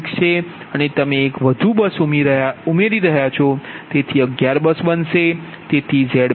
અને તમે એક વધુ બસ ઉમેરી રહ્યા છો તેથી 11 બસ થશે